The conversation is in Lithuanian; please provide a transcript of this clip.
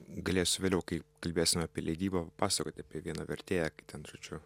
galėsiu vėliau kai kalbėsime apie leidybą pasakoti apie vieną vertėją kai ten žodžiu